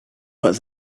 but